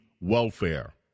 welfare